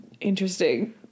Interesting